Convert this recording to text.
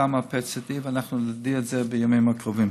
כמה PET-CT, ואנחנו נודיע את זה בימים הקרובים.